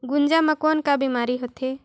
गुनजा मा कौन का बीमारी होथे?